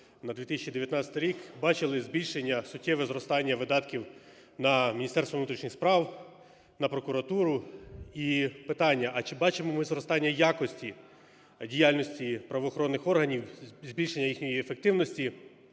на 2019 рік, бачили збільшення, суттєве зростання видатків на Міністерство внутрішніх справ, на прокуратуру. І питання, а чи бачимо ми зростання якості діяльності правоохоронних органів, збільшення їхньої ефективності?